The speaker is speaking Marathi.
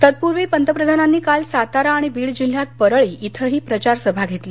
तत्पूर्वी पंतप्रधानांनी काल सातारा आणि बीड जिल्ह्यात परळी इथंही प्रचार सभा घेतल्या